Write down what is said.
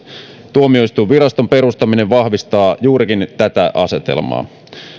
tuomioistuinviraston perustaminen vahvistaa juurikin tätä asetelmaa